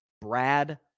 Brad